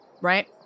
right